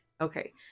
Okay